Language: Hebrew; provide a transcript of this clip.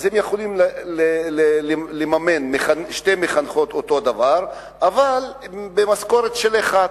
הם יכולים לממן שתי מחנכות, אבל במשכורת של אחת.